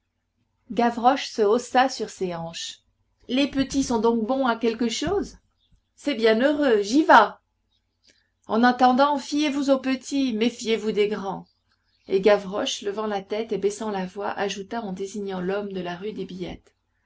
gavroche se haussa sur ses hanches les petits sont donc bons à quelque chose c'est bien heureux j'y vas en attendant fiez-vous aux petits méfiez-vous des grands et gavroche levant la tête et baissant la voix ajouta en désignant l'homme de la rue des billettes